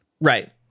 Right